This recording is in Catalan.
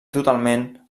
totalment